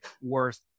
worth